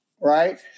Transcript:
Right